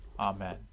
Amen